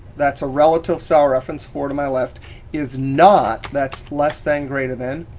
that's a relative cell reference forward to my left is not, that's less than greater than,